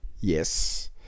yes